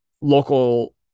local